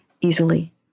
easily